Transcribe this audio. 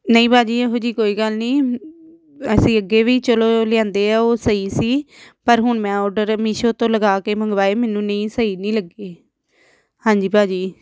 ਨਹੀਂ ਭਾਅ ਜੀ ਇਹੋ ਜਿਹੀ ਕੋਈ ਗੱਲ ਨਹੀਂ ਅਸੀਂ ਅੱਗੇ ਵੀ ਚਲੋ ਲਿਆਂਦੇ ਆ ਉਹ ਸਹੀ ਸੀ ਪਰ ਹੁਣ ਮੈਂ ਔਡਰ ਮੀਸ਼ੋ ਤੋਂ ਲਗਾ ਕੇ ਮੰਗਵਾਏ ਮੈਨੂੰ ਨਹੀਂ ਸਹੀ ਨਹੀਂ ਲੱਗੇ ਹਾਂਜੀ ਭਾਅ ਜੀ